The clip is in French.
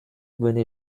bonnet